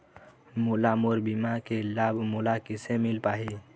मोला मोर बीमा के लाभ मोला किसे मिल पाही?